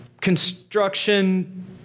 construction